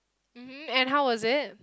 mmhmm and how was it